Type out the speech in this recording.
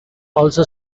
also